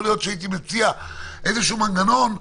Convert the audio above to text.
יכול להיות שהייתי מציע איזשהו מנגנון אחר,